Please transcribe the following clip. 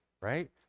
right